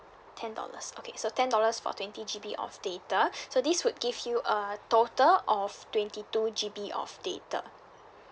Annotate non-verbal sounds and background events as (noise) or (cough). ten dollars okay so ten dollars for twenty G_B of data (breath) so this would give you a total of twenty two G_B of data